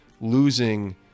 losing